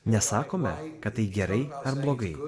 nesakome kad tai gerai ar blogai